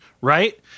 right